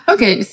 Okay